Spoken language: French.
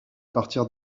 partir